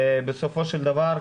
בסופו של דבר,